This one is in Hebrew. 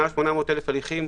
מעל 800,000 הליכים,